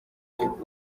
ubu